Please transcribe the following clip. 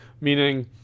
meaning